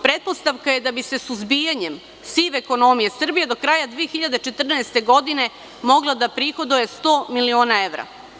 Pretpostavka je da bi suzbijanjem sive ekonomije Srbija do kraja 2014. godine mogla da prihoduje 100 miliona evra.